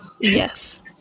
Yes